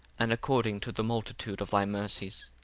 and according to the multitude of thy mercies.